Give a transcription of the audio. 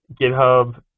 GitHub